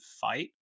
fight